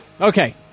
Okay